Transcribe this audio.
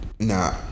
Nah